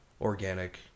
organic